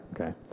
okay